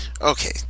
Okay